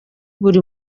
buri